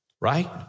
Right